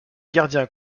gardien